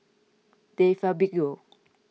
De Fabio